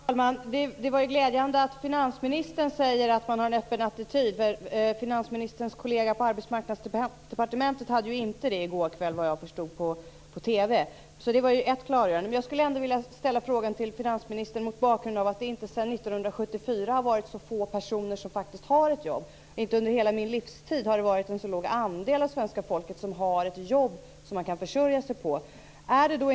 Fru talman! Det är glädjande att finansministern säger att man har en öppen attityd. Finansministerns kollega på Arbetsmarknadsdepartementet hade såvitt jag förstår inte en sådan attityd i TV i går kväll. På den punkten var det alltså ett klargörande. Jag skulle vilja ställa frågan till finansministern mot bakgrund av att det sedan 1974 har varit så få personer som faktiskt har ett jobb. Inte under hela min livstid har det varit en så låg andel av svenska folket som har ett jobb som man kan försörja sig på.